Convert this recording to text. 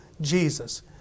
Jesus